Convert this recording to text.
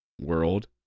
world